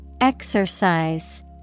Exercise